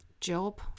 job